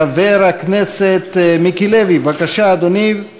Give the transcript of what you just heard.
חבר הכנסת מיקי לוי, בבקשה, אדוני, ואחריו,